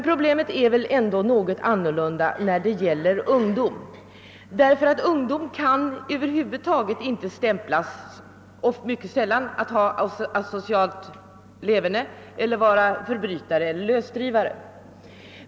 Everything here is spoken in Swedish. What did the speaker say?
Problemet ter sig emellertid annorlunda när det gäller ungdomar, eftersom de mycket sällan kan bevisas föra ett asocialt leverne eller vara förbrytare eller lösdrivare.